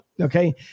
okay